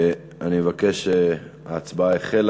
ההצבעה החלה.